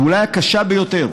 אולי הקשה ביותר